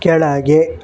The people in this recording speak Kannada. ಕೆಳಗೆ